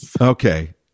okay